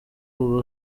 uba